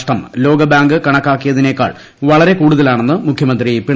നഷ്ടം ലോകബാങ്ക് കണക്കാക്കിയതിനേക്കാൾ വളരെ കൂടുതലാണെന്ന് മുഖ്യമന്ത്രി പിണറായി വിജയൻ